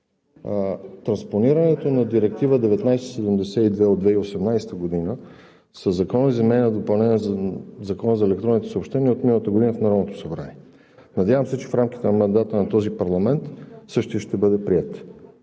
Транспонирането на Директива (ЕС) 2018/1972 със Закона за изменение и допълнение на Закона за електронните съобщения е от миналата година в Народното събрание. Надявам се, че в рамките на мандата на този парламент същият ще бъде приет.